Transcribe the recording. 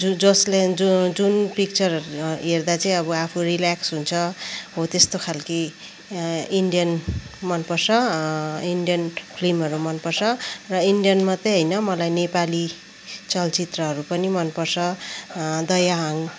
ज जसले जु जुन पिक्चरहरू हेर्दा चाहिँ अब आफू रिल्याक्स हुन्छ हो त्यस्तो खालके इन्डियन मनपर्छ इन्डियन फिल्महरू मनपर्छ र इन्डियन मतै हैन मलाई नेपाली चलचित्रहरू पनि मनपर्छ दयाहाङ